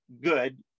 good